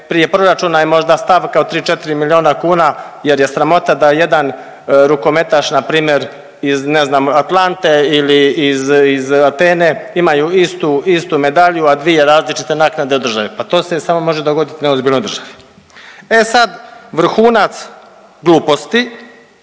prije proračuna je možda stavka od 3-4 miliona kuna jer je sramota da jedan rukometaš, npr. iz ne znam, Atlante ili iz Atene imaju istu medalju, a dvije različite naknade od države, pa to se samo može dogoditi u neozbiljnoj državi. E sad, vrhunac gluposti,